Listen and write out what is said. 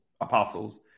apostles